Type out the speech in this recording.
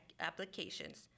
applications